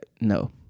No